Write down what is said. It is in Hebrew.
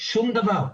שום דבר.